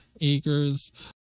acres